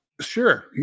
Sure